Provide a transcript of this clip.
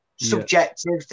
subjective